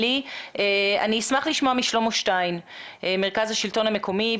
אני אשמח לשמוע משלמה שטיין ממרכז השלטון המקומי.